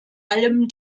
allem